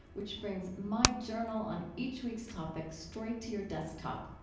which brings my journal on each week's topic straight to your desktop.